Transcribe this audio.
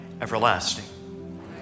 everlasting